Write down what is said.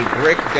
brick